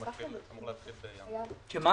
מה?